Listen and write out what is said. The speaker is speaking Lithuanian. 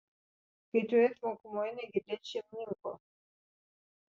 kaitrioje tvankumoje negirdėt šeimininko